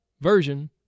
version